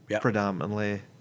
predominantly